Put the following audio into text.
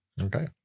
Okay